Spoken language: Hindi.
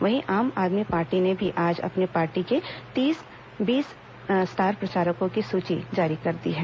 वहीं आम आदमी पार्टी ने भी आज अपनी पार्टी के बीस स्टार प्रचारकों की सूची जारी कर दी है